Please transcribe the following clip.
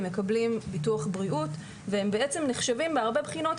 הם מקבלים ביטוח בריאות והם בעצם נחשבים מהרבה בחינות